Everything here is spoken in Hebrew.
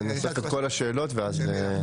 נאסוף את כל השאלות ונענה.